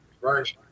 right